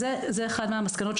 זו אחת המסקנות,